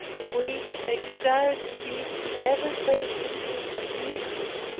to which i desire to be ever patiently submissive.